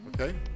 Okay